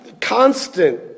constant